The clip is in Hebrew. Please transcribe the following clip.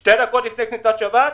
שתי דקות לפני כניסת שבת,